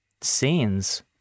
scenes